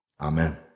Amen